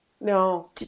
no